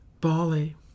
Bali